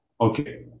Okay